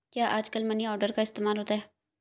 क्या आजकल money order का इस्तेमाल होता है?